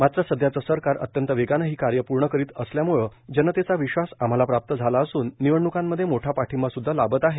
मात्र सध्याचं सरकार अत्यंत वेगानं ही कार्य पूर्ण करीत असल्याम्ळे जनतेचा विश्वास आम्हाला प्राप्त झाला असून निवडण्कांमध्ये मोठा पाठिंबा सुद्धा लाभत आहे